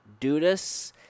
Dudas